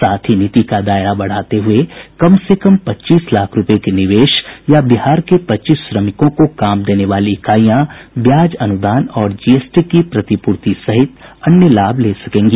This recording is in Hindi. साथ ही नीति का दायरा बढ़ाते हुये कम से कम पच्चीस लाख रूपये के निवेश या बिहार के पच्चीस श्रमिकों को काम देने वाली इकाईयां ब्याज अनुदान और जीएसटी की प्रतिपूर्ति सहित अन्य लाभ ले सकेगी